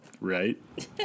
Right